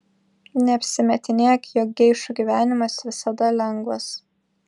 neapsimetinėk jog geišų gyvenimas visada lengvas